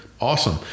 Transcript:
Awesome